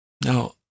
Now